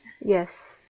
Yes